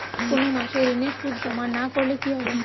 কোনো মাসে ঋণের সুদ জমা না করলে কি হবে?